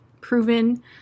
proven